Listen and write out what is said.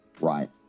right